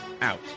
out